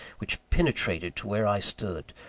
which penetrated to where i stood,